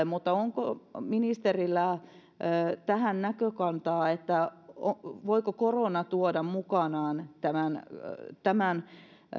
mutta onko ministerillä tähän näkökantaa voiko korona tuoda mukanaan tämän tämän